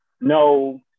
no